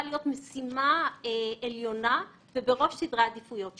להיות משימה עליונה ובראש סדרי העדיפויות שלנו.